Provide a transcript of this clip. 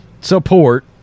support